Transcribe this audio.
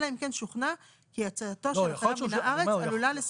אלא אם כן שוכנע כי יציאתו של החייב מן הארץ עלולה לסכל